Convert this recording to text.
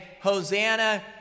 Hosanna